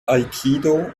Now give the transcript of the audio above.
aikido